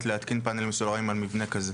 חובה להתקין פאנלים סולריים על מבנה כזה.